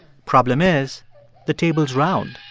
problem is the table's round.